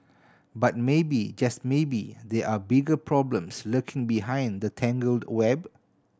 but maybe just maybe there are bigger problems lurking behind the tangled web